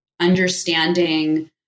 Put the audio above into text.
understanding